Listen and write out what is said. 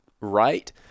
right